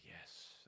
yes